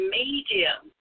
medium